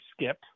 Skip